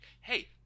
hey